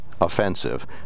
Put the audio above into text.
offensive